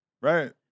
Right